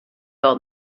old